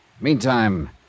Meantime